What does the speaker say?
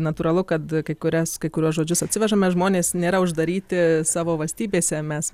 natūralu kad kai kurias kai kuriuos žodžius atsivežame žmonės nėra uždaryti savo valstybėse mes